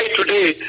today